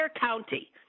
county